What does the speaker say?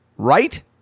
Right